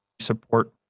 support